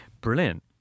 Brilliant